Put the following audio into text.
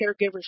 caregivers